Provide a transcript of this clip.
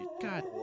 God